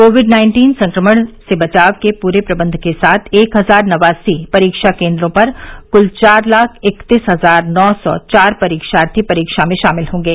Covid nineteen संक्रमण से बचाव के पूरे प्रबंध के साथ एक हजार नवासी परीक्षा केन्द्रों पर कुल चार लाख इकतीस हजार नौ सौ चार परीक्षार्थी परीक्षा में शामिल होंगे